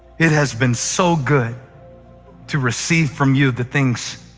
it has been so good to receive from you the things